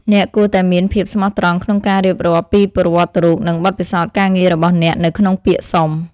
អ្នកគួរតែមានភាពស្មោះត្រង់ក្នុងការរៀបរាប់ពីប្រវត្តិរូបនិងបទពិសោធន៍ការងាររបស់អ្នកនៅក្នុងពាក្យសុំ។